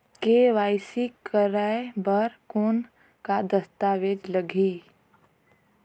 KYC कराय बर कौन का दस्तावेज लगही?